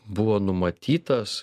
buvo numatytas